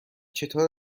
چطور